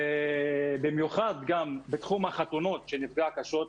ובמיוחד גם בתחום החתונות שנפגע קשות.